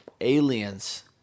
aliens